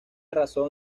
razón